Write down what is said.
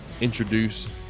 introduce